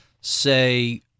say